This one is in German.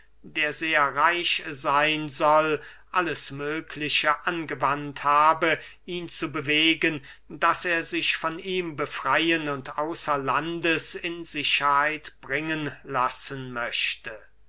der sehr reich seyn soll alles mögliche angewandt habe ihn zu bewegen daß er sich von ihm befreyen und außer landes in sicherheit bringen lassen möchte